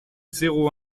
zéro